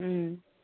ꯎꯝ